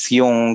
yung